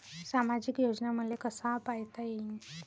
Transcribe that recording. सामाजिक योजना मले कसा पायता येईन?